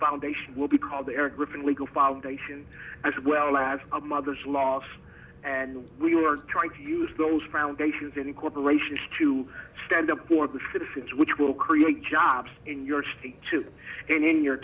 foundation will be called their group and legal foundation as well as a mother's loss and we were trying to use those foundations and corporations to stand up for the citizens which will create jobs in your state too in your